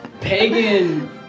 pagan